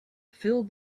fill